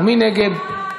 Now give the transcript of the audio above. מי נגד?